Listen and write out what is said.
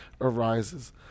arises